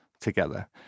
together